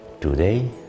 today